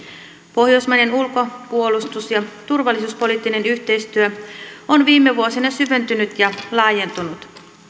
pohjoismaiden ulko puolustus ja turvallisuuspoliittinen yhteistyö on viime vuosina syventynyt ja laajentunut